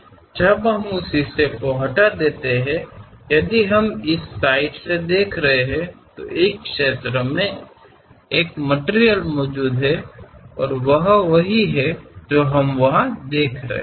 जब हम उस हिस्से को हटा देते हैं यदि हम इस साइड से देख रहे हैं तो इस क्षेत्र में एक मटिरियल मौजूद है और वह वही है जो हम वहां देख रहे हैं